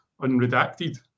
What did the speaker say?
unredacted